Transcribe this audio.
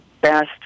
best